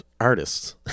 artists